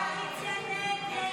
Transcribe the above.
51 בעד, 60 נגד.